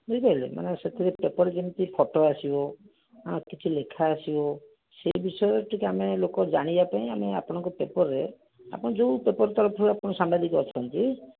ବୁଝିପାରିଲେ ମାନେ ସେଥିରେ ପେପର ଯେମିତି ଫଟୋ ଆସିବ କିଛି ଲେଖା ଆସିବ ସେହି ବିଷୟରେ ଟିକିଏ ଆମେ ଲୋକ ଜାଣିବାପାଇଁ ଆମେ ଆପଣଙ୍କ ପେପର ରେ ଆପଣ ଯେଉଁ ପେପରଟା ଥିବ ଆପଣ ସାମ୍ବାଦିକ ଅଛନ୍ତି